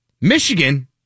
Michigan